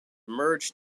merged